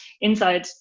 inside